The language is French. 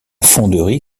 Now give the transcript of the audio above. fonderie